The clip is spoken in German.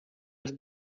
des